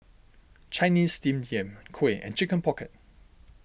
Chinese Steamed Yam Kuih and Chicken Pocket